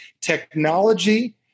technology